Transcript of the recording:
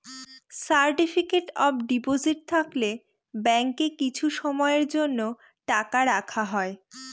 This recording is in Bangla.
সার্টিফিকেট অফ ডিপোজিট থাকলে ব্যাঙ্কে কিছু সময়ের জন্য টাকা রাখা হয়